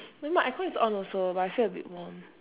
my my air con is on also but I feel a bit warm